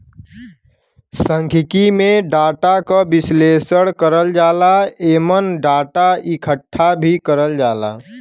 सांख्यिकी में डाटा क विश्लेषण करल जाला एमन डाटा क इकठ्ठा भी करल जाला